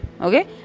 okay